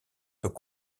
peut